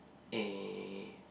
eh